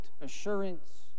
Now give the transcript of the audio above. assurance